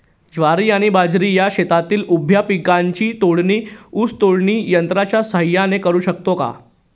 ज्वारी आणि बाजरी या शेतातील उभ्या पिकांची तोडणी ऊस तोडणी यंत्राच्या सहाय्याने करु शकतो का?